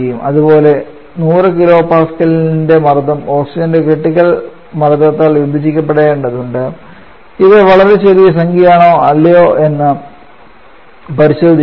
അതുപോലെ 100 kPa മർദ്ദം ഓക്സിജന്റെ ക്രിട്ടിക്കൽ മർദ്ദത്താൽ വിഭജിക്കപ്പെടേണ്ടതുണ്ട് ഇത് വളരെ ചെറിയ സംഖ്യയാണോ അല്ലയോ എന്ന് പരിശോധിക്കുന്നു